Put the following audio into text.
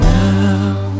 Now